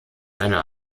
einer